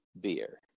beer